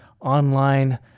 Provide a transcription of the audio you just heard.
online